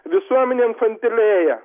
visuomenė infantilėja